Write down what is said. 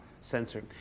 sensor